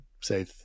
say